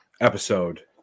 episode